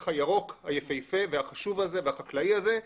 הירוק היפהפה והחשוב הזה והחקלאי הזה.